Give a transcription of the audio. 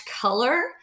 color